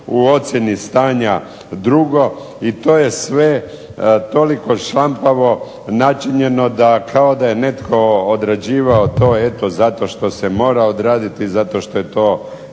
u ocjeni stanja drugo i to je sve toliko šlampavo načinjeno da, kao da je netko odrađivao to eto zato što se mora odraditi, zato što je to eto